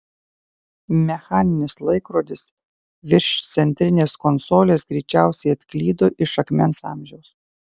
mechaninis laikrodis virš centrinės konsolės greičiausiai atklydo iš akmens amžiaus